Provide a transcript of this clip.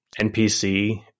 NPC